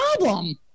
problem